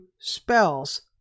spells